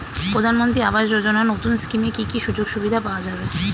প্রধানমন্ত্রী আবাস যোজনা নতুন স্কিমে কি কি সুযোগ সুবিধা পাওয়া যাবে?